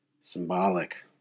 Symbolic